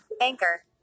Anchor